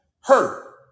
hurt